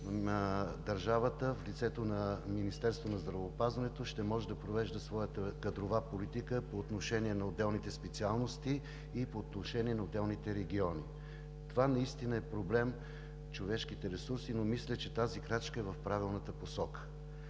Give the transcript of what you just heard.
държавата, в лицето на Министерството на здравеопазването, ще може да провежда своята кадрова политика по отношение на отделните специалности и по отношение на отделните региони. Наистина са проблем човешките ресурси, но мисля, че тази крачка е в правилната посока.